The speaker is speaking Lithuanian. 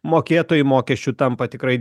mokėtojai mokesčių tampa tikrai